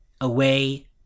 away